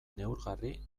neurgarri